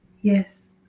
Yes